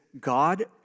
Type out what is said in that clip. God